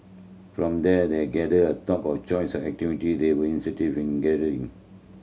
from there they gathered a top of choice activity they were in gardening